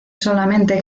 solamente